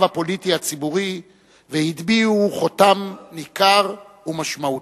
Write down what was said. הפוליטי הציבורי והטביעו חותם ניכר ומשמעותי.